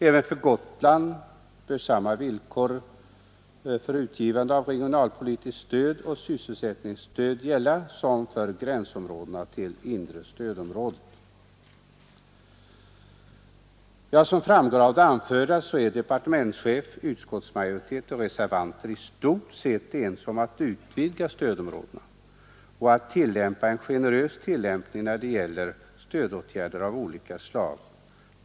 Även när det gäller Gotland bör samma villkor för utgivande av regionalpolitiskt stöd och sysselsättningsstöd gälla som för gränsområdena till det inre stödområdet. Som framgår av det anförda är departementschefen, utskottsmajoriteten och reservanterna i stort sett ense om att utvidga stödområdet och ha en generös tillämpning när det gäller stödåtgärder av olika slag.